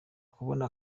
kubona